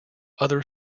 other